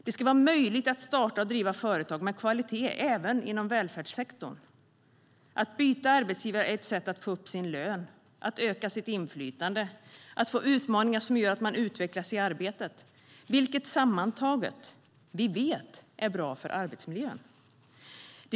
Det ska vara möjligt att starta och driva företag med kvalitet även inom välfärdssektorn. Att byta arbetsgivare är ett sätt att få upp sin lön, att öka sitt inflytande och att få utmaningar som gör att man utvecklas i arbetet, vilket vi sammantaget vet är bra för arbetsmiljön.